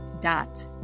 dot